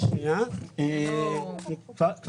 אנחנו כן